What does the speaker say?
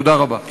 תודה רבה.